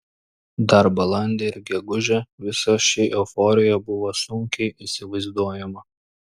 dar balandį ir gegužę visa ši euforija buvo sunkiai įsivaizduojama